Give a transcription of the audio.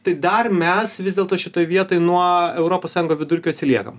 tai dar mes vis dėlto šitoj vietoj nuo europos sąjungo vidurkio atsiliekam